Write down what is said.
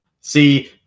See